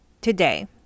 today